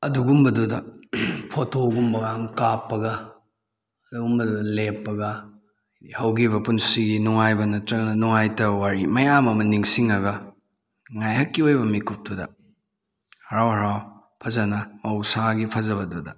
ꯑꯗꯨꯒꯨꯝꯕꯗꯨꯗ ꯐꯣꯇꯣꯒꯨꯝꯕꯒ ꯀꯥꯞꯂꯒ ꯑꯗꯨꯒꯨꯝꯕꯗꯨꯗ ꯂꯦꯞꯂꯒ ꯍꯧꯈꯤꯕ ꯄꯨꯟꯁꯤꯒꯤ ꯅꯨꯡꯉꯥꯏꯕ ꯅꯠꯇ꯭ꯔꯒꯅ ꯅꯨꯡꯉꯥꯏꯇꯕ ꯋꯥꯔꯤ ꯃꯌꯥꯝ ꯑꯃ ꯅꯤꯡꯁꯤꯡꯂꯒ ꯉꯥꯏꯍꯥꯛꯀꯤ ꯑꯣꯏꯕ ꯃꯤꯀꯨꯞꯇꯨꯗ ꯍꯔꯥꯎ ꯍꯔꯥꯎ ꯐꯖꯅ ꯃꯍꯧꯁꯥꯒꯤ ꯐꯖꯕꯗꯨꯗ